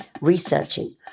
researching